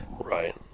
Right